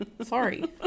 Sorry